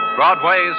Broadway's